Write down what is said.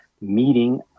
meeting